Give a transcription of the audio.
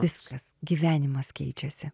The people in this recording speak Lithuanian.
viskas gyvenimas keičiasi